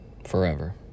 forever